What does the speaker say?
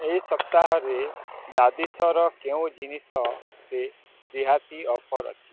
ଏହି ସପ୍ତାହରେ ଦାଦିଶର କେଉଁ ଜିନିଷରେ ରିହାତି ଅଫର୍ ଅଛି